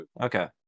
Okay